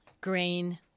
grain